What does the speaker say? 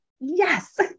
Yes